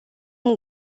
îmi